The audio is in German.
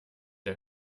der